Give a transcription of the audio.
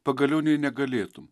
pagaliau nė negalėtum